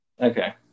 Okay